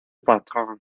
bertrand